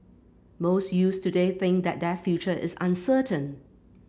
most youths today think that their future is uncertain